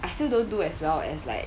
I still don't do as well as like